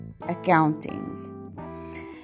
accounting